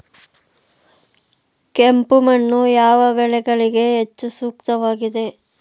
ಕೆಂಪು ಮಣ್ಣು ಯಾವ ಬೆಳೆಗಳಿಗೆ ಹೆಚ್ಚು ಸೂಕ್ತವಾಗಿದೆ?